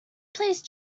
please